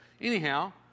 Anyhow